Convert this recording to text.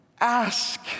Ask